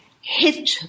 hit